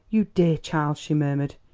you dear child, she murmured,